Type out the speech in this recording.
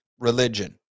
Religion